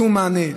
שום מענה.